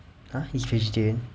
!huh! he's vegetarian